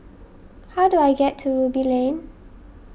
how do I get to Ruby Lane